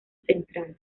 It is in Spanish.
central